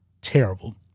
terrible